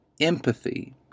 empathy